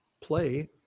play